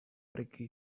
perquè